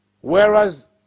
whereas